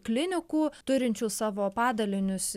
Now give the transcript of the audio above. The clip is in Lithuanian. klinikų turinčių savo padalinius